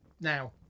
now